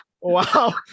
Wow